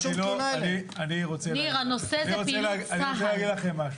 אני רוצה להגיד לכם משהו.